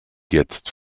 jetzt